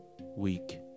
week